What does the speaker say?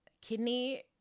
kidney